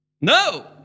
No